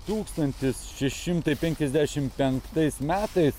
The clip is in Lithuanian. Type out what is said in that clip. tūkstantis šeši šimtai penkiasdešim penktais metais